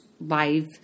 life